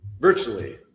virtually